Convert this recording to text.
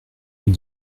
vous